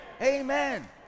Amen